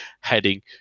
heading